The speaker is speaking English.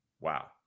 Wow